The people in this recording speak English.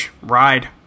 ride